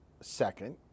second